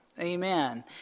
amen